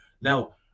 now